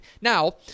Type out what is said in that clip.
Now